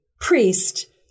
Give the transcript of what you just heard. priest